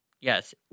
Yes